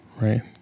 right